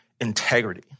integrity